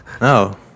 No